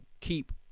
keep